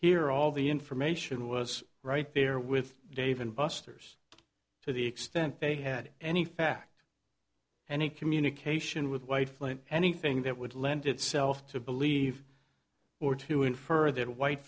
here all the information was right there with dave and busters to the extent they had any fact any communication with white flint anything that would lend itself to believe or to infer that white